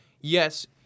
yes